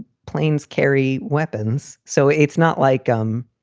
planes carry weapons. so it's not like, um,